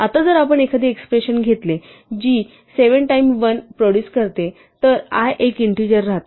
आता जर आपण एखादे एक्स्प्रेशन घेतले जी 7 टाईम 1 प्रोड्युस करते तर i एक इंटीजर राहतो